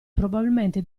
probabilmente